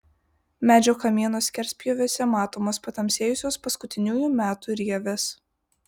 medžio kamieno skerspjūviuose matomos patamsėjusios paskutiniųjų metų rievės